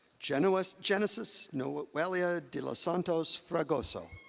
genesis genesis noelia de los santos fragoso.